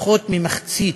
פחות ממחצית